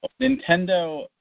Nintendo